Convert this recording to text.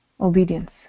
obedience